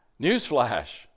Newsflash